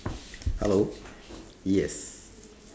hello yes